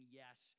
yes